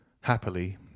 happily